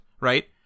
right